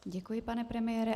Děkuji, pane premiére.